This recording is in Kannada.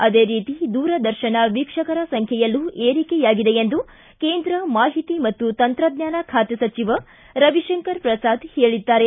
ಅದೇ ರೀತಿ ದೂರದರ್ಶನ ವೀಕ್ಷಕರ ಸಂಖ್ಯೆಯಲ್ಲೂ ಏರಿಕೆಯಾಗಿದೆ ಎಂದು ಕೇಂದ್ರ ಮಾಹಿತಿ ಮತ್ತು ತಂತ್ರಜ್ಞಾನ ಖಾತೆ ಸಚಿವ ರವಿಶಂಕರ್ ಪ್ರಸಾದ್ ಹೇಳಿದ್ದಾರೆ